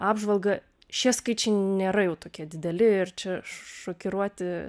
apžvalgą šie skaičiai nėra jau tokie dideli ir čia šokiruoti